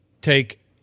take